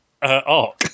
ARC